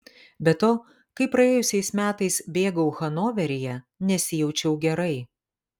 be to kai praėjusiais metais bėgau hanoveryje nesijaučiau gerai